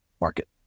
market